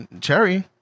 Cherry